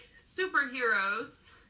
superheroes